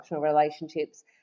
relationships